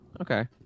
Okay